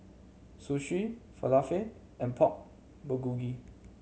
Sushi Falafel and Pork Bulgogi